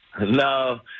No